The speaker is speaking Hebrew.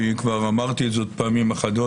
כי כבר אמרתי את זה פעמים אחדות,